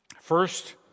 First